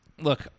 look